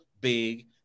big